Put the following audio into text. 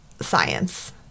science